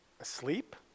asleep